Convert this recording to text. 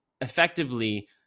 effectively